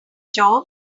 job